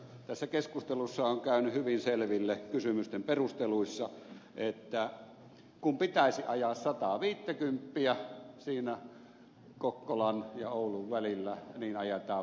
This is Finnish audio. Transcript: tässä keskustelussa on käynyt hyvin selville kysymysten perusteluissa että kun pendolinolla pitäisi ajaa sataaviittäkymppiä siinä kokkolan ja oulun välillä niin ajetaan viittäkymppiä